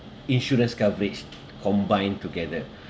insurance coverage combined together